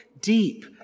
deep